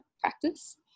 practice